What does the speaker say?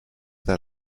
that